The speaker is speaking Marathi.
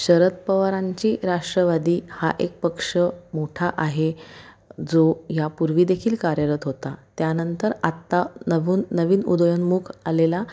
शरद पवारांची राष्ट्रवादी हा एक पक्ष मोठा आहे जो या पूर्वीदेखील कार्यरत होता त्यानंतर आत्ता नवून नवीन उदयोन्मुख आलेला